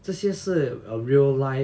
这些是 uh real life